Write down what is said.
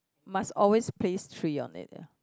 must always place three on it